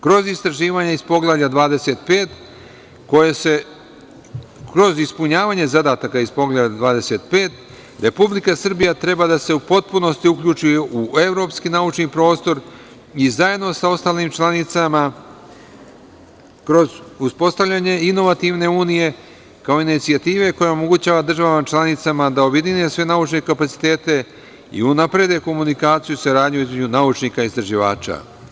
Kroz istraživanja iz Poglavlja 25. koje se kroz ispunjavanje zadataka iz Poglavlja 25, Republika Srbija treba da se u potpunosti uključi u evropski naučni prostor i zajedno sa ostalim članicama, kroz uspostavljanje inovativne unije, kao inicijative koja omogućava državama članicama da objedine sve naučne kapacitete i unaprede komunikaciju i saradnju između naučnika i istraživača.